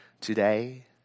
Today